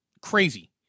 crazy